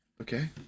Okay